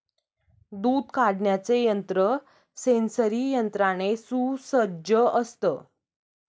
दूध काढण्याचे यंत्र सेंसरी यंत्राने सुसज्ज असतं